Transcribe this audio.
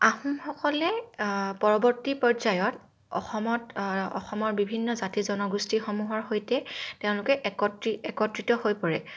আহোমসকলে পৰৱৰ্তী পৰ্যায়ত অসমত অসমৰ বিভিন্ন জাতি জনগোষ্ঠীসমূহৰ সৈতে তেওঁলোকে একত্ৰি একত্ৰিত হৈ পৰে